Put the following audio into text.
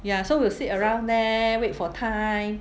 ya so we'll sit around there wait for time